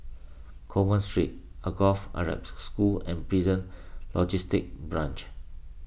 Coleman Street Alsagoff Arab School and Prison Logistic Branch